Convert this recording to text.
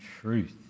truth